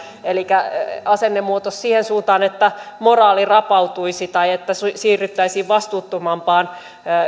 elikkä asennemuutos siihen suuntaan että moraali rapautuisi tai että siirryttäisiin vastuuttomampaan